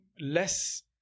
less